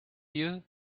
you